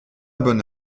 bonne